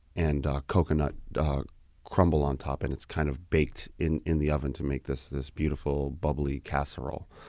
and coconut crumbled on top. and it's kind of baked in in the oven to make this this beautiful, bubbly casserole.